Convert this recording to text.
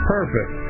Perfect